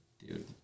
Dude